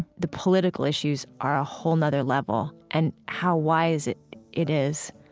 the political issues are a whole other level and how wise it it is.